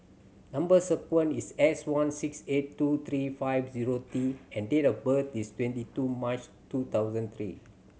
number sequence is S one six eight two three five zero T and date of birth is twenty two March two thousand eight